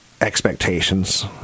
expectations